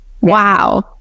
wow